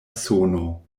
sono